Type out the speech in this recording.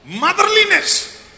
Motherliness